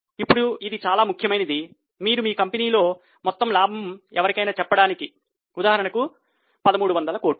ఇప్పుడు ఇది చాలా ముఖ్యమైనది మీరు మీకంపెనీలో మొత్తం లాభం ఎవరికైనా చెప్పడానికి ఉదాహరణకు 1300 కోట్లు